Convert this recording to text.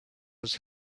was